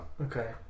Okay